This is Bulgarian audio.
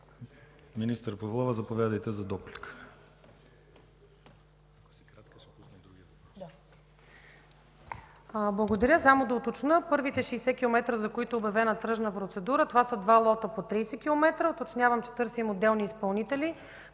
Министър Павлова, заповядайте за дуплика.